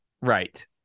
Right